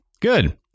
Good